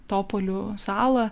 topolių salą